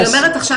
אני אומרת עכשיו,